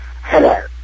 Hello